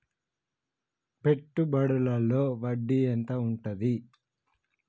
పెట్టుబడుల లో వడ్డీ ఎంత ఉంటది?